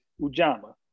Ujamaa